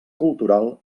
cultural